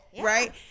right